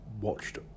watched